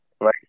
Right